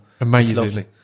Amazingly